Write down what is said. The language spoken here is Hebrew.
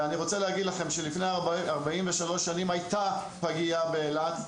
ואני רוצה להגיד לכם שלפני 43 שנים היתה פגייה באילת,